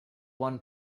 one